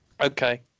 Okay